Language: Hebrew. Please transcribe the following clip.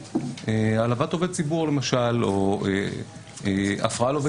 למשל העלבת עובד ציבור או הפרעה לעובד